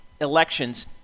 elections